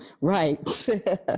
right